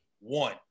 one